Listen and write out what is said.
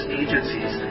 agencies